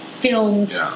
filmed